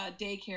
daycare